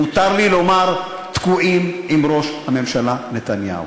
אם מותר לי לומר, תקועים עם ראש הממשלה נתניהו.